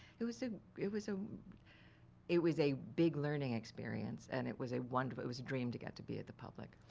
it was a it was a it was a big learning experience and it was a wonderful it was a dream to get to be at the public.